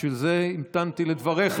בשביל זה המתנתי לדבריך,